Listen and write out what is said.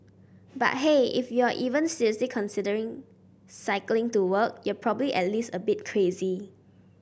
but hey if you're even seriously considering cycling to work you're probably at least a bit crazy